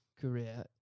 career